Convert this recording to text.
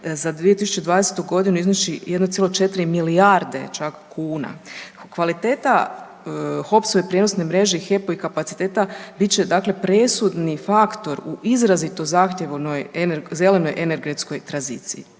za 2020. godinu iznosi 1,4 milijarde čak kuna. Kvaliteta HOPS-ove prijenose mreže HEP-ovih kapaciteta bit će dakle presudni faktor u izrazito zahtjevnoj zelenoj energetskoj tranziciji.